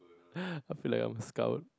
I feel like I'm scout